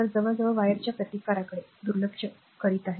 तर जवळजवळ वायरच्या प्रतिकाराकडे दुर्लक्ष करीत आहे